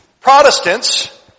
Protestants